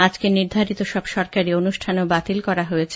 আজকের নির্ধারিত সব সরকারি অনুষ্ঠানও বাতিল করা হয়েছে